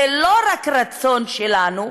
זה לא רק רצון שלנו,